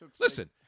Listen